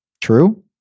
True